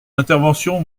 intervention